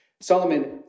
Solomon